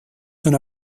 son